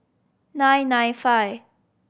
nine nine five